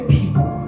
people